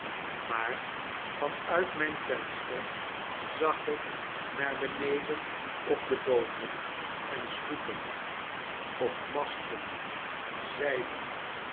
maar van uit mijn venster zag ik naar beneden op de booten en sloepen op masten zeilen